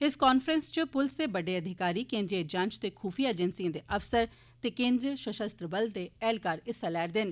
इस कांफ्रैंस इच पुलस दे बड्डे अधिकारी केन्द्रीय जांच ते खूफिया अजेन्सिए दे अफसर ते केन्द्र सशस्त्र बल दे ऐहलकार हिस्सा लै'रदे न